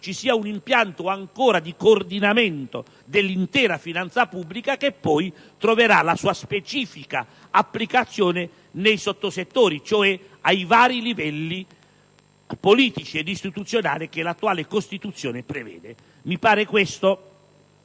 vi sia un impianto di coordinamento dell'intera finanza pubblica, che poi troverà la sua specifica applicazione ai vari livelli politici ed istituzionali che l'attuale Costituzione prevede. Mi pare che questo